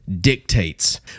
dictates